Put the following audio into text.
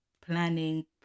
planning